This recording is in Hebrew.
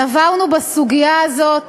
נברנו בסוגיה הזאת